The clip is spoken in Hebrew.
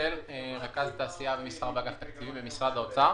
אני רכז תעשייה ומסחר באגף תקציבים במשרד האוצר.